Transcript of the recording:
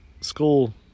school